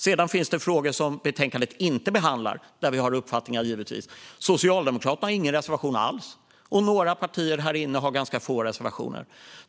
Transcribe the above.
Sedan finns det givetvis frågor som inte behandlas i betänkandet och där vi har uppfattningar. Socialdemokraterna har ingen reservation alls, och några partier här inne har ganska få reservationer.